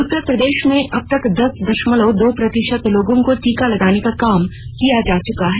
उत्तर प्रदेश में अब तक दस दशमलव दो प्रतिशत लोगों को टीका लगाने का काम किया जा चुका है